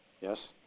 Yes